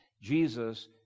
Jesus